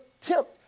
tempt